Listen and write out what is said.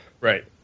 Right